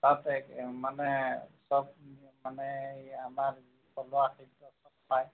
perfect এ মানে চব মানে এই আমাৰ থলুৱা খাদ্য ক'ত পায়